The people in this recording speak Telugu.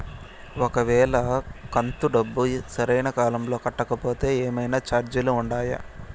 ఒక వేళ కంతు డబ్బు సరైన కాలంలో కట్టకపోతే ఏమన్నా చార్జీలు ఉండాయా?